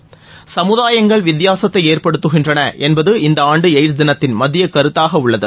சமுதாயங்கள் வித்தியாசத்தை ஏற்படுத்துகின்றன என்பது இந்த ஆண்டு எய்ட்ஸ் தினத்தின் மத்திய கருத்தாக உள்ளது